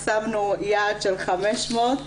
שמנו יעד של 500,